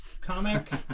comic